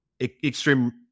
extreme